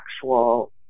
actual